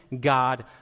god